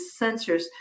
sensors